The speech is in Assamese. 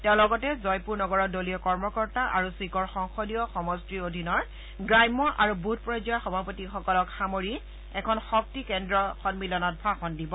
তেওঁ লগতে জয়পুৰ নগৰৰ দলীয় কৰ্মকৰ্তা আৰু চিকৰ সংসদীয় সমষ্টিৰ অধীনৰ গ্ৰাম্য আৰু বুথ পৰ্যায়ৰ সভাপতিসকলক সামৰি এখন শক্তি কেন্দ্ৰ সম্মিলনত ভাষণ দিব